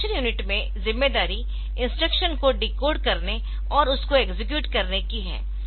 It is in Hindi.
एक्सेक्युशन यूनिट में जिम्मेदारी इंस्ट्रक्शन को डिकोड करने और उसको एक्सेक्यूट करने की है